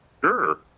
Sure